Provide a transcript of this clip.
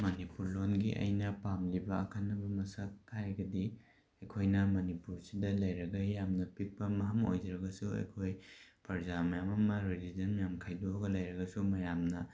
ꯃꯅꯤꯄꯨꯔ ꯂꯣꯟꯒꯤ ꯑꯩꯅ ꯄꯥꯝꯂꯤꯕ ꯑꯈꯟꯅꯕ ꯃꯁꯛ ꯍꯥꯏꯔꯒꯗꯤ ꯑꯩꯈꯣꯏꯅ ꯃꯅꯤꯄꯨꯔꯁꯤꯗ ꯂꯩꯔꯒ ꯌꯥꯝꯅ ꯄꯤꯛꯄ ꯃꯐꯝ ꯑꯣꯏꯖꯔꯒꯁꯨ ꯑꯩꯈꯣꯏ ꯄ꯭ꯔꯖꯥ ꯃꯌꯥꯝ ꯑꯃ ꯔꯦꯂꯤꯖꯟ ꯃꯌꯥꯝ ꯈꯥꯏꯗꯣꯛꯑꯒ ꯂꯩꯔꯒꯁꯨ ꯃꯌꯥꯝꯅ